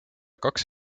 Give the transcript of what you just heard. kaks